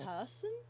person